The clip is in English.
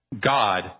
God